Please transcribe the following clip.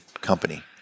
company